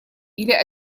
или